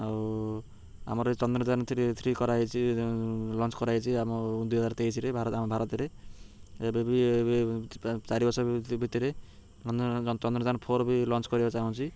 ଆଉ ଆମର ଚନ୍ଦ୍ରଯାନରେ ଥ୍ରୀ ଥ୍ରୀ କରାହେଇଛି ଲଞ୍ଚ କରାଯାଇଛି ଆମ ଦୁଇ ହଜାର ତେଇଶିରେ ଆମ ଭାରତରେ ଏବେ ବି ଏବେ ଚାରି ବର୍ଷ ଭିତରେ ଚନ୍ଦ୍ରଯାନ ଫୋର ବି ଲଞ୍ଚ କରିବାକୁ ଚାହୁଁଛି